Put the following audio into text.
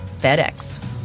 FedEx